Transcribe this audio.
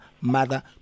mother